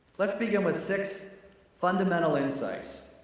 let's begin with six fundamental insights.